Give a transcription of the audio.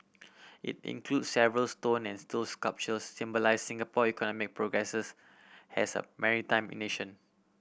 it includes several stone and steel sculptures symbolise Singapore economic progresses as a maritime in nation